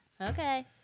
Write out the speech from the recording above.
Okay